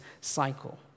cycle